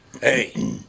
Hey